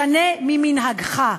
שנה ממנהגך.